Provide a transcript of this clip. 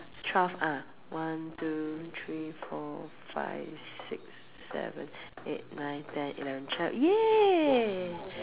twelve ah one two three four five six seven eight nine ten eleven twelve !yay!